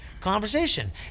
conversation